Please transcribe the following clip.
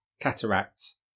cataracts